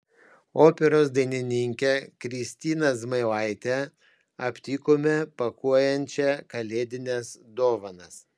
operos dainininkę kristiną zmailaitę aptikome pakuojančią kalėdines dovanas